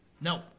No